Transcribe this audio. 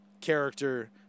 character